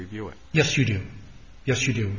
review it yes you do yes you do